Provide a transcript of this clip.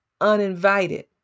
uninvited